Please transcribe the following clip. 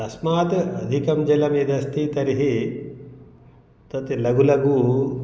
तस्मात् अधिकं जलं यदस्ति तर्हि तत् लघु लघु